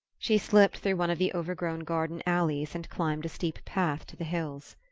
she slipped through one of the overgrown garden-alleys and climbed a steep path to the hills.